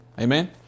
Amen